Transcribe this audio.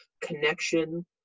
connection